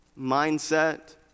mindset